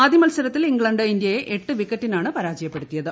ആദ്യ മത്സരത്തിൽ ഇഗ്ലെണ്ട് ഇന്ത്യയെ എട്ട് വിക്കറ്റിനാണ് പരാജയപ്പെടുത്തിയത്